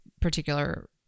particular